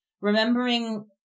remembering